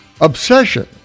obsession